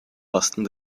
osten